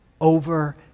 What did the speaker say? over